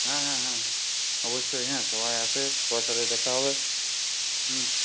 হ্যাঁ হ্যাঁ হ্যাঁ অবশ্যই হ্যাঁ সবাই আসে সবার সাথে দেখা হবে হুম